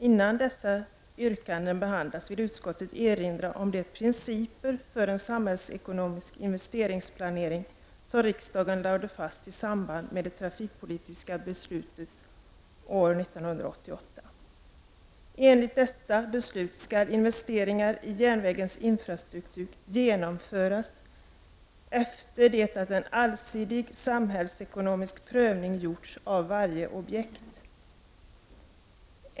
Innan dessa yrkanden behandlas vill utskottet erinra om de principer för en samhällsekonomisk investeringsplanering som riksdagen lade fast i samband med det trafikpolitiska beslutet år 1988. Enligt detta beslut skall investeringar i järnvägens infrastruktur genomföras efter det att en allsidig samhällsekonomisk prövning gjorts av varje objekt.